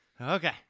Okay